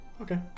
Okay